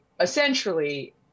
essentially